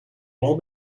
all